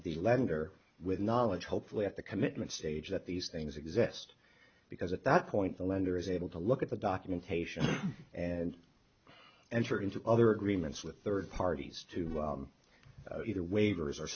the lender with knowledge hopefully at the commitment stage that these things exist because at that point the lender is able to look at the documentation and enter into other agreements with third parties to either waivers or